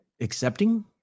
accepting